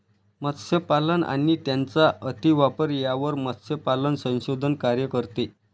मत्स्यपालन आणि त्यांचा अतिवापर यावर मत्स्यपालन संशोधन कार्य करते